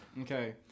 Okay